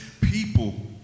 people